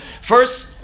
first